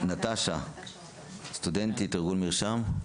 נטשה אופנהיים מארגון "מרשם".